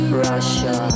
Russia